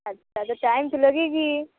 अच्छा तो टाइम तो लगेगा